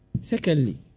Secondly